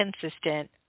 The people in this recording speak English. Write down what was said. consistent